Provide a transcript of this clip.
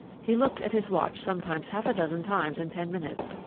he looked at his watch sometimes half a dozen times in ten minutes,